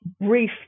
brief